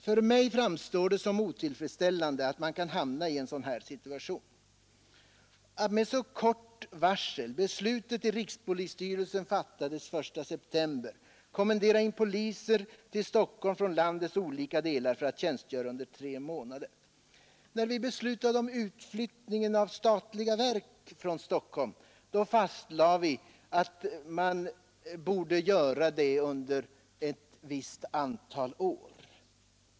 För mig framstår det som otillfredsställande att man kan hamna i en sådan här situation och att man med så kort varsel — beslutet i rikspolisstyrelsen fattades den 1 september — kommenderar in poliser från landets olika delar till Stockholm för att tjänstgöra där i tre månader. När vi beslutade om utflyttning av statliga verk från Stockholm fastlade vi att utflyttningen skulle ske under ett visst antal år.